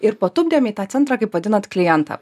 ir patupdėm į tą centrą kaip vadinat klientą